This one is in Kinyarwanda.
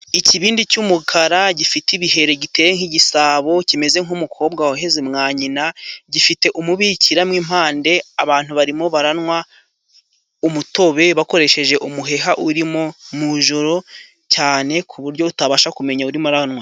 Ikibindi cy'umukara gifite ibiheri giteye nk'igisabo kimeze nk'umukobwa waheze mwa nyina. Gifite umubikira mwimpande abantu barimo baranywa umutobe, bakoresheje umuheha urimo mu ijoro cyane, ku buryo utabasha kumenya urimo aranywa.